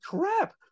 crap